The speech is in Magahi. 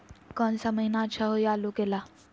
कौन सा महीना अच्छा होइ आलू के ला?